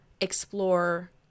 explore